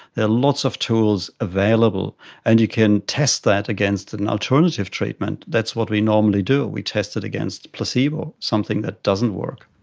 there are lots of tools available and you can test that against an alternative treatment. that's what we normally do, we test it against placebo, something that doesn't work.